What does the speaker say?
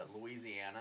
Louisiana